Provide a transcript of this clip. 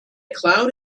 cloud